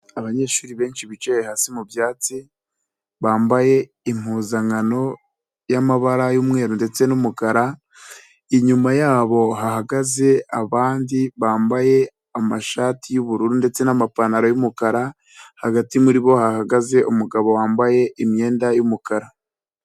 Abanyeshuri benshi bicaye hasi mu byatsi bambaye impuzankano y'amabara y'umweru ndetse n'umukara, inyuma yabo hahagaze abandi bambaye amashati y'ubururu ndetse n'amapantaro y'umukara hagati muri bo hahagaze umugabo wambaye imyenda y'umukara.